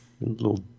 Little